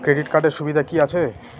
Credit কার্ডের সুবিধা কি আছে?